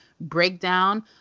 breakdown